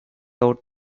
out